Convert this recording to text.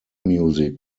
music